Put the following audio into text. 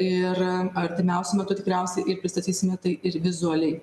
ir artimiausiu metu tikriausiai ir pristatysime tai ir vizualiai